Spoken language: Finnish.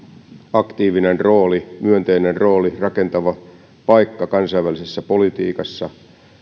aktiivinen rooli myönteinen rooli rakentava paikka kansainvälisessä politiikassa